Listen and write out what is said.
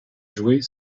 jouer